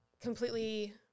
completely